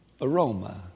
aroma